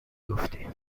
گفتی